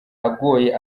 agoye